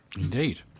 indeed